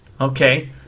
Okay